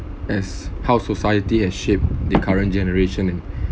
as how society has shaped the current generation